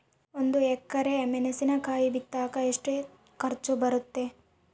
ಒಂದು ಎಕರೆ ಮೆಣಸಿನಕಾಯಿ ಬಿತ್ತಾಕ ಎಷ್ಟು ಖರ್ಚು ಬರುತ್ತೆ?